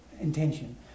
intention